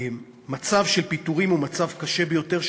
מצב של פיטורים הוא מצב קשה ביותר,